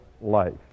life